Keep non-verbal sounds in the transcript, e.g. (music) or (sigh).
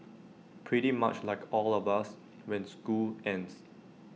pretty much like all of us (noise) when school ends (noise)